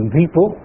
people